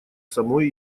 самой